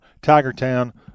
Tigertown